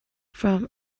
from